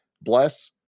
Bless